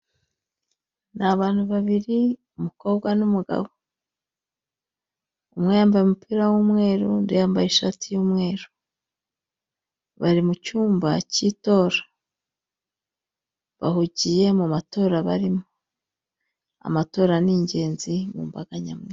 Ni abantu babiri umukobwa n'umugabo. Umwe yambaye umupira w'umweru, undi yambaye ishati y'umweru. Bari mu cyumba cyitora, bahugiye mu matora barimo. Amatora ni ingenzi mu mbaga nyamwinshi.